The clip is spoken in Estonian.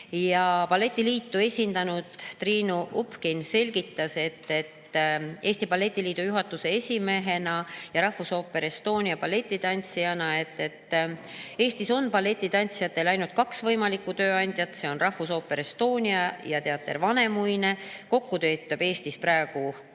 Balletiliitu esindanud Triinu Upkin selgitas Eesti Balletiliidu juhatuse esimehena ja Rahvusooperi Estonia balletitantsijana, et Eestis on balletitantsijatel ainult kaks võimalikku tööandjat: Rahvusooper Estonia ja Teater Vanemuine. Kokku töötab Eestis praegu